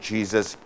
Jesus